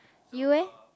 you eh